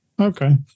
Okay